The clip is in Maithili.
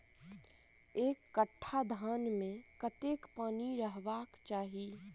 एक कट्ठा धान मे कत्ते पानि रहबाक चाहि?